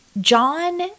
John